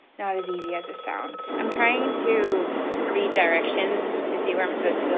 not as easy as it sounds. i'm trying to read directions, to see where i'm supposed